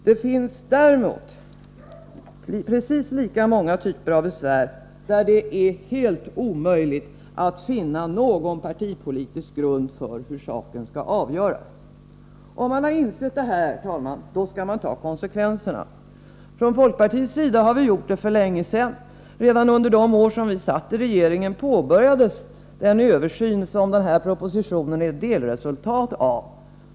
Det finns däremot precis lika många typer av besvär där det är helt omöjligt att finna någon partipolitisk grund för hur saken skall avgöras. Om man har insett det här, herr talman, skall man ta konsekvenserna. Från folkpartiets sida har vi gjort det för länge sedan. Redan under de år som vi satt i regeringsställning påbörjades den översyn som den här propositionen är ett delresultat av.